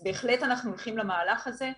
אנחנו בהחלט הולכים למהלך הזה.